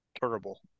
Terrible